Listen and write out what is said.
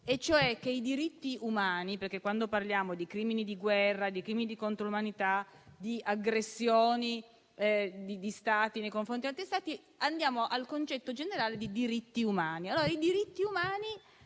principio importantissimo. Quando parliamo di crimini di guerra, di crimini di contro l'umanità, di aggressioni di Stati nei confronti di altri Stati, rientriamo nel concetto generale di diritti umani.